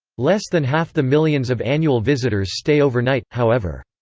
less than half the millions of annual visitors stay overnight, however.